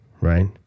Right